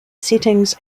settings